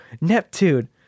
Neptune